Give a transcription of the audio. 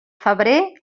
febrer